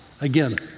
Again